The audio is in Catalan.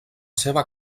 seva